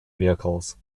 vehicles